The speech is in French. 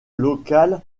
locale